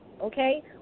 okay